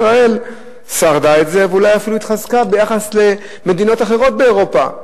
ישראל שרדה את זה ואולי אפילו התחזקה ביחס למדינות אחרות באירופה.